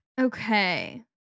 Okay